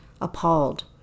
appalled